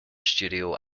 studio